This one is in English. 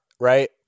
right